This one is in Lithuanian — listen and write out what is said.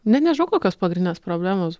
net nežinau kokios pagrindinės problemos